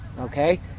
okay